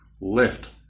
left